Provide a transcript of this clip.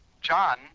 John